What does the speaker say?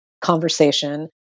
conversation